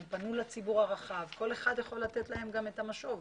הם פנו לציבור הרחב וכל אחד יכול לתת להם את המשוב.